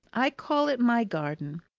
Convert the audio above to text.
i call it my garden.